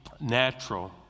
natural